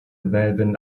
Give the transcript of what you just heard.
melvin